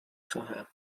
خواهم